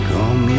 Come